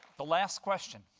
the last question.